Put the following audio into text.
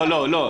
לא, לא, לא.